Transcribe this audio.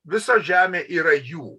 visa žemė yra jų